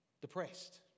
depressed